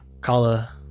Kala